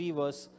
verse